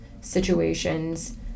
situations